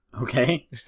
Okay